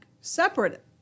separate